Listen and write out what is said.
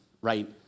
right